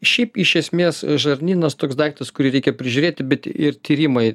šiaip iš esmės žarnynas toks daiktas kurį reikia prižiūrėti bet ir tyrimai